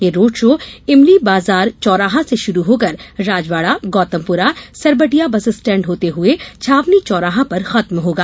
यह road show Imli Bazar चौराहा से शुरू होकर राजवाड़ा गौतमपुरा सरबटिया बस स्टेण्ड होते हुए छावनी चौराहा पर खत्म होगा